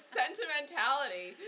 sentimentality